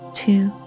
two